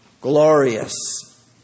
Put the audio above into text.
glorious